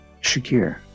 Shakir